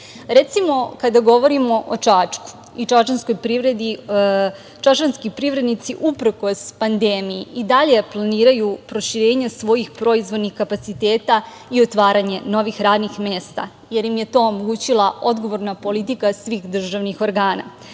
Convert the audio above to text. Recimo, kada govorimo o Čačku i čačanskoj privredi, čačanski privrednici uprkos pandemiji i dalje planiraju proširenje svojih proizvoljnih kapaciteta i otvaranje novih radnih mesta, jer im je to omogućila odgovorna politika svih državnih organa,